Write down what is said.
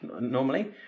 normally